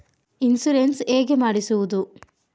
Insurance ಹೇಗೆ ಮಾಡಿಸುವುದು?